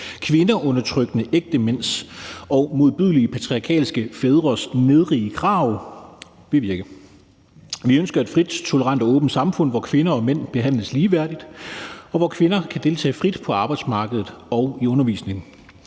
kvindeundertrykkende ægtemænds og modbydelige patriarkalske fædres nedrige krav. Vi ønsker et frit, tolerant og åbent samfund, hvor kvinder og mænd behandles ligeværdigt, og hvor kvinder kan deltage frit på arbejdsmarkedet og i undervisningen.